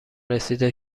رسیده